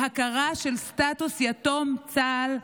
בהכרה בסטטוס "יתום צה"ל",